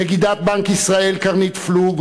נגידת בנק ישראל קרנית פלוג,